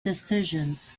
decisions